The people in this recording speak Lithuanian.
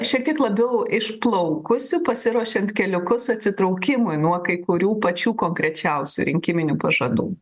šiek tiek labiau išplaukusių pasiruošiant keliukus atsitraukimui nuo kai kurių pačių konkrečiausių rinkiminių pažadų